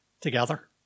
together